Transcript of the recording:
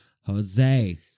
Jose